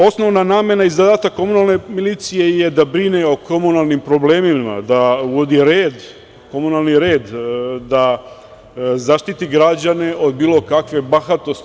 Osnovna namena i zadatak komunalne milicije je da brine o komunalnim problemima, da uvodi red, komunalni red, da zaštiti građane od bilo kakve bahatosti.